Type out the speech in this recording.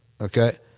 okay